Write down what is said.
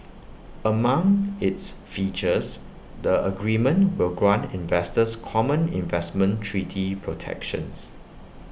among its features the agreement will grant investors common investment treaty protections